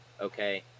okay